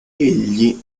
egli